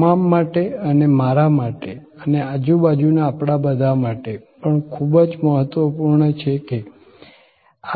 તમારા માટે અને મારા માટે અને આજુબાજુના આપણા બધા માટે પણ ખૂબ જ મહત્વપૂર્ણ છે કે